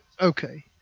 okay